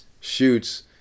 shoots